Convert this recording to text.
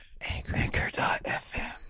Anchor.fm